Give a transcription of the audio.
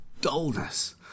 dullness